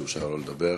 שאושר לו לדבר.